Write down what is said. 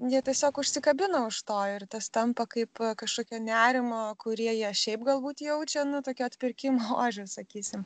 jie tiesiog užsikabina už to ir tas tampa kaip kažkokio nerimo kurį jie šiaip galbūt jaučia nu tokio atpirkimo ožio sakysim